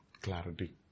Clarity